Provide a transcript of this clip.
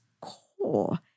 core